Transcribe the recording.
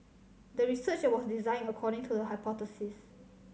the research was designed according to the hypothesis